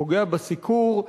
פוגע בסיקור,